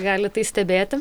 gali tai stebėti